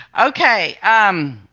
Okay